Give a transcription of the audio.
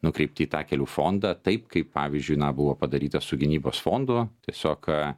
nukreipti į tą kelių fondą taip kaip pavyzdžiui na buvo padaryta su gynybos fondu tiesiog